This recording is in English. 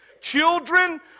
Children